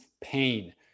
pain